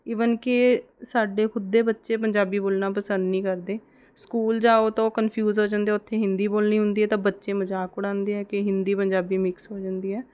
even ਕਿ ਸਾਡੇ ਖੁਦ ਦੇ ਬੱਚੇ ਪੰਜਾਬੀ ਬੋਲਣਾ ਪਸੰਦ ਨਹੀਂ ਕਰਦੇ ਸਕੂਲ ਜਾਉ ਤਾਂ ਕਨਫਿਊਜ਼ ਹੋ ਜਾਂਦੇ ਉੱਥੇ ਹਿੰਦੀ ਬੋਲਣੀ ਹੁੰਦੀ ਹੈ ਤਾਂ ਬੱਚੇ ਮਜ਼ਾਕ ਉਡਾਉਂਦੇ ਹੈ ਕਿ ਹਿੰਦੀ ਪੰਜਾਬੀ ਮਿਕਸ ਹੋ ਜਾਂਦੀ ਹੈ